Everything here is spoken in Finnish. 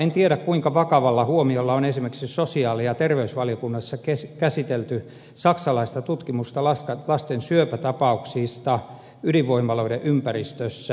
en tiedä kuinka vakavalla huomiolla on esimerkiksi sosiaali ja terveysvaliokunnassa käsitelty saksalaista tutkimusta lasten syöpätapauksista ydinvoimaloiden ympäristössä